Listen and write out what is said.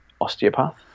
osteopath